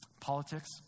Politics